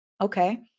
Okay